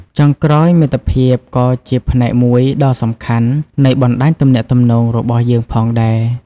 ចុងក្រោយ មិត្តភាពក៏ជាផ្នែកមួយដ៏សំខាន់នៃ បណ្តាញទំនាក់ទំនង របស់យើងផងដែរ។